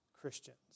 Christians